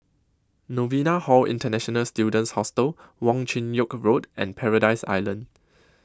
Novena Hall International Students Hostel Wong Chin Yoke Road and Paradise Island